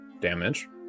damage